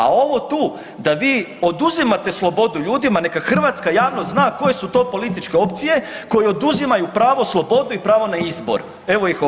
A ovo tu da vi oduzimate slobodu ljudima, neka hrvatska javnost zna koje su to političke opcije koje oduzimaju pravo na slobodu i pravo na izbor, evo ih ovdje.